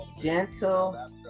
gentle